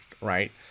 right